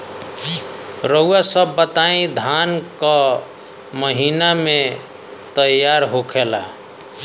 रउआ सभ बताई धान क महीना में तैयार होखेला?